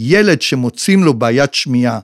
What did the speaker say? ‫ילד שמוצאים לו בעיית שמיעה.